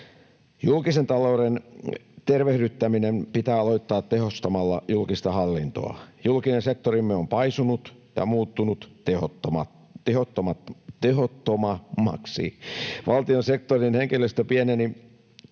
Julkisen talouden tervehdyttäminen pitää aloittaa tehostamalla julkista hallintoa. Julkinen sektorimme on paisunut ja muuttunut tehottomammaksi. Valtiosektorin henkilöstö pieneni